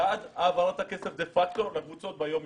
ועד העברת הכסף דה-פקטו לקבוצות ביום-יום.